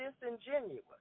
disingenuous